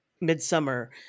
Midsummer